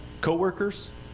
Co-workers